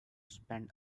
spend